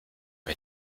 bei